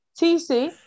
TC